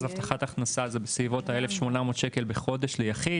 אז הבטחת הכנסה זה בסביבות 1,800 ₪ ליחיד,